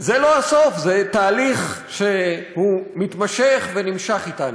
זה לא הסוף, זה תהליך שהוא מתמשך ונמשך אתנו.